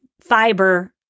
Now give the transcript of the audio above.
fiber